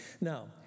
Now